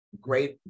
great